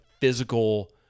physical